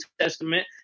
Testament